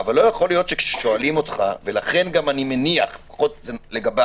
ייתכן שכששואלים אותך, ולכן אני מניח לגביי